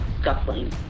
scuffling